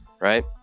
right